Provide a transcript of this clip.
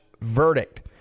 verdict